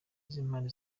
n’impande